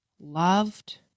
loved